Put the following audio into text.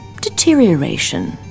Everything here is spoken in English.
deterioration